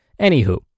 Anywho